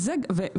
וכדומה.